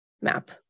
map